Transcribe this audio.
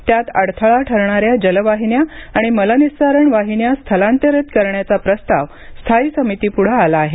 त्यात अडथळा ठरणाऱ्या जलवाहिन्या आणि मलनिसारण वाहिन्या स्थलांतरित करण्याचा प्रस्ताव स्थायी समितीपुढे आला आहे